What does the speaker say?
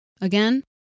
Again